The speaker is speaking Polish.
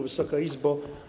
Wysoka Izbo!